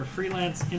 Freelance